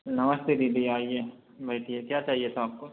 नमस्ते दीदी आइए बैठिए क्या चाहिए था आपको